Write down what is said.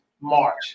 March